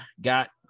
got